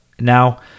Now